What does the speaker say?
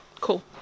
cool